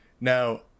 Now